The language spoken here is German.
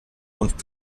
und